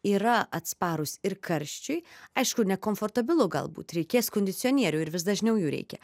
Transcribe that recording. yra atsparūs ir karščiui aišku nekomfortabilu galbūt reikės kondicionierių ir vis dažniau jų reikia